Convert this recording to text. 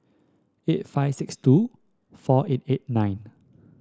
eight five six two four eight eight nine